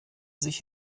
sich